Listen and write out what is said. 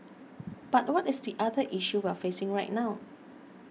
but what is the other issue we're facing right now